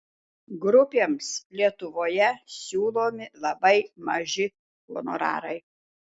grupėms lietuvoje siūlomi labai maži honorarai